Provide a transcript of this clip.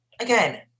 Again